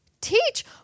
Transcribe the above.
Teach